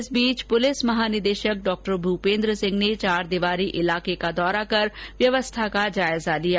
इस बीच पुलिस महानिदेशक डॉ भूपेन्द्र सिंह ने चारदीवारी इलाके का दौरा कर व्यवस्था का जायजा लिया